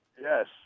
Yes